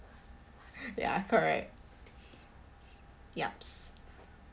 ya correct yups